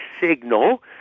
signal